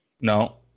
No